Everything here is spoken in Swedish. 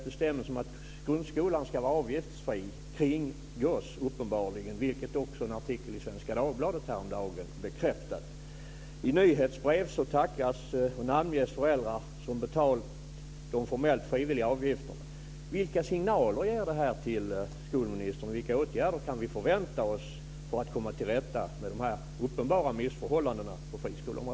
Bestämmelserna om att grundskolan ska vara avgiftsfri kringgås uppenbarligen, vilket också en artikel i Svenska Dagbladet häromdagen bekräftade. I nyhetsbrev tackas och namnges föräldrar som har betalat de formellt frivilliga avgifterna.